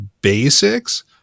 basics